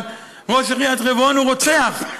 אבל ראש עיריית חברון הוא רוצח.